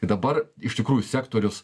tai dabar iš tikrųjų sektorius